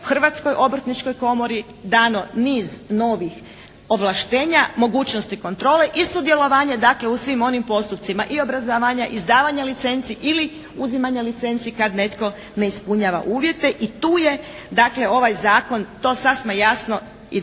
Hrvatskoj obrtničkoj komori dano niz novih ovlaštenja, mogućnosti kontrole i sudjelovanja dakle u svim onim postupcima i obrazovanja, izdavanja licenci ili uzimanja licenci kad netko ne ispunjava uvjete i tu je dakle ovaj Zakon to sasma jasno i definirao.